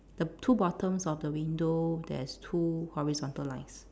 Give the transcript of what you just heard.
the two bottoms of the window there's two horizontal lines